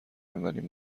اولین